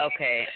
Okay